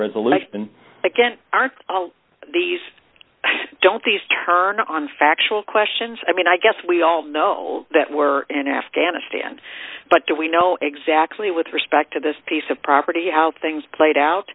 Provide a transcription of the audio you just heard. resolution again are these don't these turn on factual questions i mean i guess we all know that were in afghanistan but do we know exactly with respect to this piece of property how things played out